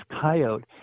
coyote